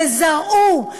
וזרעו,